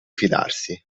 fidarsi